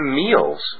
meals